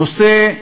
נושא חשוב,